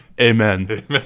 Amen